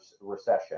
recession